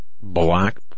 black